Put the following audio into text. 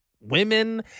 women